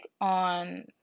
on